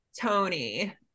tony